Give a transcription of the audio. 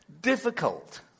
difficult